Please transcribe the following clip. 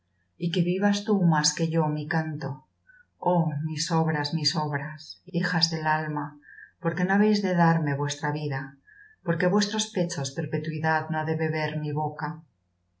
y que vivas tú más que yo mi canto oh mis obras mis obras hijas del alma por qué no habéis de darme vuestra vida por qué á vuestros pechos perpetuidad no ha de beber mi boca